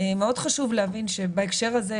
מאוד חשוב להבין בהקשר הזה,